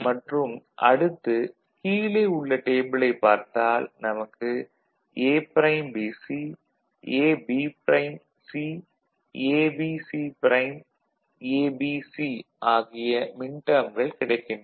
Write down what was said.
மற்றும் அடுத்து கீழே உள்ள டேபிளைப் பார்த்தால் நமக்கு A'BC AB'C ABC' ABC ஆகிய மின்டேர்ம்கள் கிடைக்கின்றன